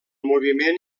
moviment